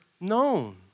known